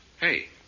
Hey